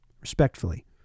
respectfully